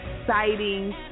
exciting